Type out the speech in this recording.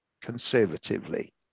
conservatively